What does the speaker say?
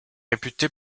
réputée